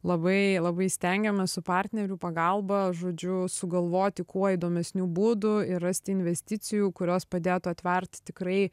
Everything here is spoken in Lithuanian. labai labai stengiamės su partnerių pagalba žodžiu sugalvoti kuo įdomesnių būdų ir rasti investicijų kurios padėtų atverti tikrai